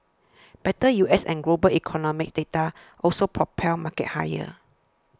better U S and global economic data also propelled markets higher